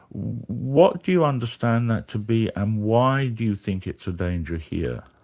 what do you understand that to be and why do you think it's a danger here?